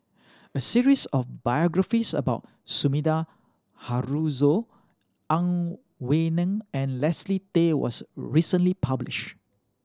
a series of biographies about Sumida Haruzo Ang Wei Neng and Leslie Tay was recently publish